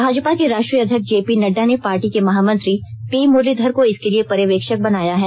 भाजपा के राष्ट्रीय अध्यक्ष जे पी नडडा ने पार्टी के महामंत्री पी मुरलीधर को इसके लिए पर्यवेक्षक बनाया है